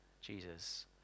Jesus